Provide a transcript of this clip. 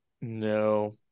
No